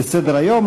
לסדר-היום.